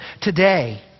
today